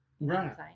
Right